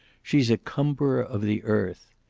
she's a cumberer of the earth.